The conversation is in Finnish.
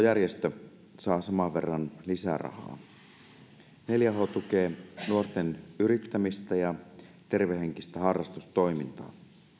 järjestö saa saman verran lisärahaa neljä h tukee nuorten yrittämistä ja tervehenkistä harrastustoimintaa